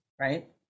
right